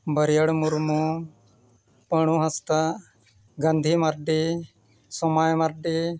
Bariar Murmu Paru Hansda Gandhi Mardi Somai Mardi